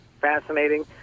fascinating